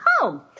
home